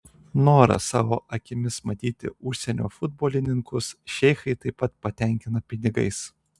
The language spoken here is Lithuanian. norą savo akimis matyti užsienio futbolininkus šeichai taip pat patenkina pinigais